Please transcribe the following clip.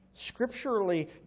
Scripturally